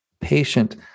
patient